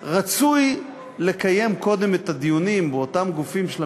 רצוי לקיים קודם את הדיונים באותם גופים של הממשלה,